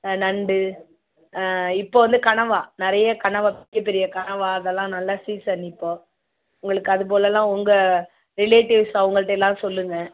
நண்டு இப்போது வந்து கனவா நிறைய கனவா பெரிய பெரிய கனவா அதெல்லாம் நல்லா சீசன் இப்போது உங்களுக்கு அதுபோலலாம் உங்கள் ரிலேட்டிவ்ஸ் அவங்கள்ட்டெல்லாம் சொல்லுங்கள்